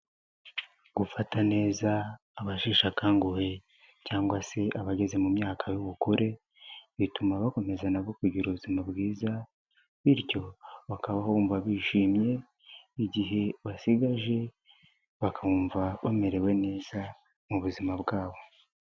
Gufata neza abasheshakanguhe cyangwa se abageze mu myaka y'ubukure, bituma bakomeza nabo kugira ubuzima bwiza, bityo bakabaho bumva bishimye, igihe basigaje bakumva bamerewe neza mu buzima bwabo.